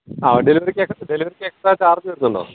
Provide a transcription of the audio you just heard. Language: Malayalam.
ആ ഡെലിവറിക്ക് ഡെലിവറിക്ക് എക്സ്ട്രാ ചാർജ് വരുന്നുണ്ടോ